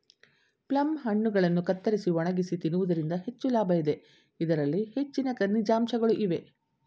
plum ಹಣ್ಣುಗಳನ್ನು ಕತ್ತರಿಸಿ ಒಣಗಿಸಿ ತಿನ್ನುವುದರಿಂದ ಹೆಚ್ಚು ಲಾಭ ಇದೆ, ಇದರಲ್ಲಿ ಹೆಚ್ಚಿನ ಖನಿಜಾಂಶಗಳು ಇವೆ